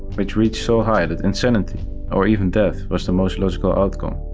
which reached so high that insanity or even death was the most logical outcome.